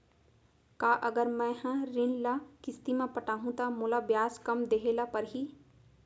का अगर मैं हा ऋण ल किस्ती म पटाहूँ त मोला ब्याज कम देहे ल परही?